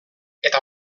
eta